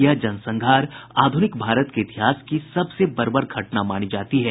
यह जनसंहार आधुनिक भारत के इतिहास की सबसे बर्बर घटना मानी जाती है